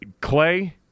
Clay